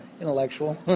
intellectual